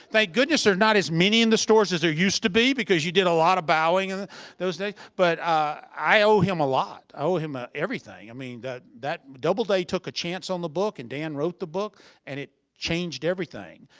thank goodness there's not as many in the stores as there used to be because you did a lot of bowing and those days. but i owe him a lot. i owe him ah everything. i mean, that that doubleday took a chance on the book and dan wrote the book and it changed everything.